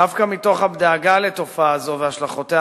דווקא מתוך דאגה לנוכח תופעה זו והשלכותיה